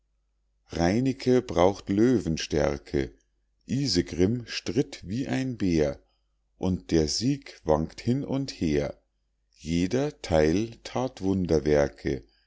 reinecke braucht löwenstärke isegrimm stritt wie ein bär und der sieg wankt hin und her jeder theil